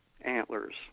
antlers